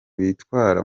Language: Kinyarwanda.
bitwara